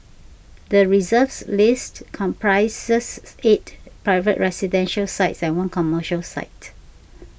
the Reserve List comprises eight private residential sites and one commercial site